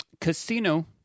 Casino